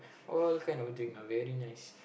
all kind of drink ah very nice